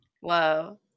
whoa